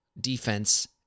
defense